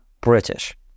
British